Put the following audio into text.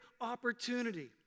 opportunity